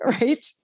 Right